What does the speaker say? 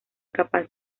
capaz